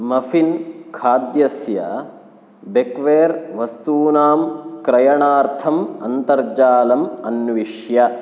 muffin खाद्यस्य bakeware वस्तूनां क्रयणार्थम् अन्तर्जालम् अन्विष्य